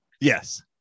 Yes